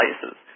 places